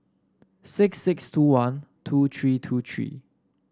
six six two one two three two three